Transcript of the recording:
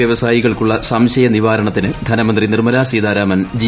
വൃവസായികൾക്കുള്ള സംശയനിവാരണത്തിന് ധനമന്ത്രി നിർമ്മലാസീതാരാമൻ ജി